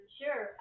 sure